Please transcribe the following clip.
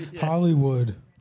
Hollywood